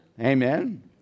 amen